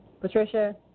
Patricia